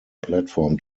platform